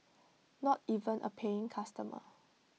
not even A paying customer